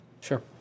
Sure